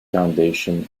foundation